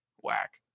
whack